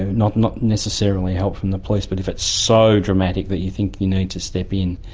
and not not necessarily help from the police, but if it's so dramatic that you think you need to step in,